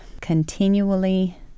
Continually